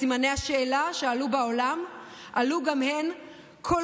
סימני השאלה שעלו בעולם עלו גם הם כל